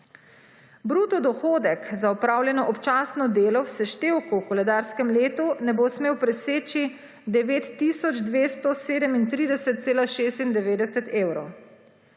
Bruto dohodek za opravljeno občasno delo v seštevku v koledarskem letu ne bo smel preseči 9 tisoč 237,96 evrov.